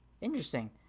interesting